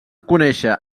conèixer